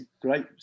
great